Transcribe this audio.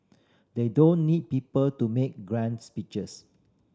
they don't need people to make grand speeches